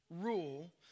rule